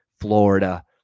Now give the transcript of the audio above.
Florida